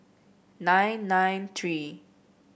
nine nine three